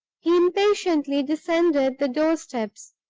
impatiently descended the door-steps,